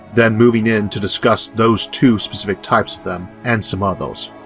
then moving in to discuss those two specific types of them and some others.